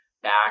back